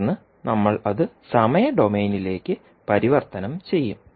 തുടർന്ന് നമ്മൾ അത് സമയ ഡൊമെയ്നിലേയ്ക് പരിവർത്തനം ചെയ്യും